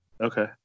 Okay